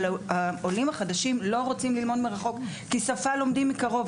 אבל העולים החדשים לא רוצים ללמוד מרחוק כי שפה לומדים מקרוב.